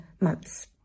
months